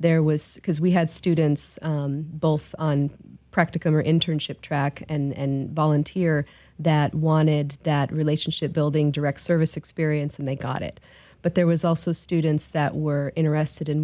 there was because we had students both on practicum or internship track and volunteer that wanted that relationship building direct service experience and they got it but there was also students that were in arrested in